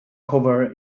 cover